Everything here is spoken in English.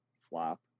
flop